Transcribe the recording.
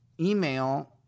email